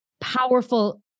powerful